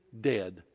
dead